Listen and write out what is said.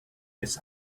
des